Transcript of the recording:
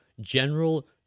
general